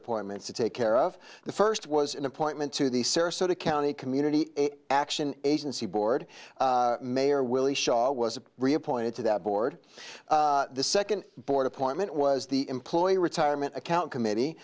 appointments to take care of the first was an appointment to the sarasota county community action agency board mayor willie shaw was reappointed to that board the second board appointment was the employee retirement account committee